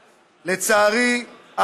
לצערי,